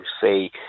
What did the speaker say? say